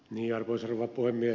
arvoisa rouva puhemies